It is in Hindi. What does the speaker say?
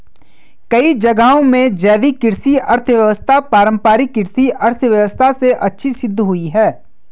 कई जगहों में जैविक कृषि अर्थव्यवस्था पारम्परिक कृषि अर्थव्यवस्था से अच्छी सिद्ध हुई है